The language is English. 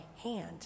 hand